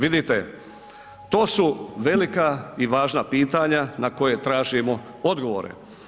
Vidite, to su velika i važna pitanja na koja tražimo odgovore.